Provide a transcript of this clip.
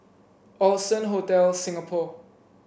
Allson Hotel Singapore